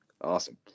awesome